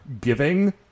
giving